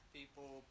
People